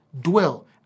Dwell